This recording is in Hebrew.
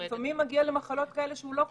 לפעמים הוא מגיע למחלות כאלה שהוא לא חוזר.